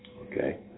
Okay